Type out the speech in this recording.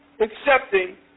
accepting